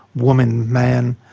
woman, man.